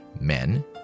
Men